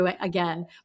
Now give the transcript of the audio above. again